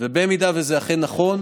אם זה אכן נכון,